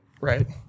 right